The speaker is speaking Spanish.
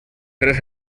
tres